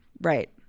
right